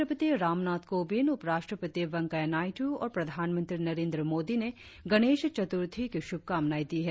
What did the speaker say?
राष्ट्रपति रामनाथ कोविंद उप राष्ट्रपति वेंकैया नायडू और प्रधानमंत्री नरेंद्र मोदी ने गणेश चतुर्थी की शुभकामनाएं दी है